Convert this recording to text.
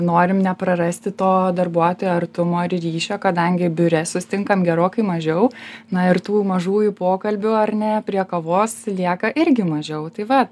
norim neprarasti to darbuotojų artumo ir ryšio kadangi biure susitinkam gerokai mažiau na ir tų mažųjų pokalbių ar ne prie kavos lieka irgi mažiau tai vat